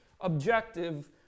objective